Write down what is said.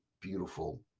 beautiful